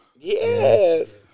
Yes